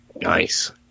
Nice